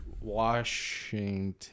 Washington